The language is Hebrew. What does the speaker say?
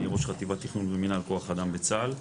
אני ראש חטיבת תכנון ומנהל כוח אדם בצה"ל.